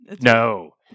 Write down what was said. No